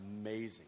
amazing